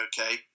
okay